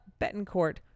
Betancourt